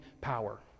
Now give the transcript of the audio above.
power